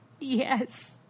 Yes